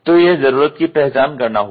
तो यह जरूरत की पहचान करना हुआ